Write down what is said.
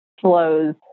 flows